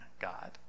God